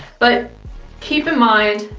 but keep in mind,